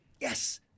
Yes